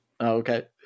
Okay